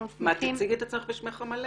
תציגי את עצמך בשמך המלא.